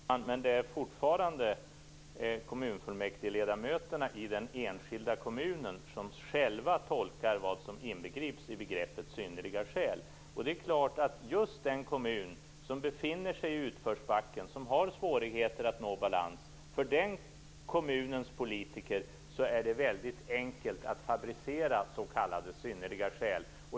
Fru talman! Det är fortfarande kommunfullmäktigeledmöterna i den enskilda kommunen som själva tolkar vad som inbegrips i begreppet synnerliga skäl. Det är klart att det för politikerna i den kommun som befinner sig i utförsbacken och har svårigheter att nå balans är väldigt enkelt att fabricera s.k. synnerliga skäl.